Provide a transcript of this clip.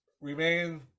remain